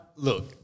Look